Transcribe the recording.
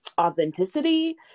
authenticity